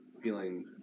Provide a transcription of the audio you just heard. feeling